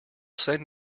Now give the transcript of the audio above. send